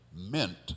meant